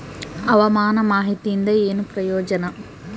ಹವಾಮಾನ ಮಾಹಿತಿಯಿಂದ ಏನು ಪ್ರಯೋಜನ?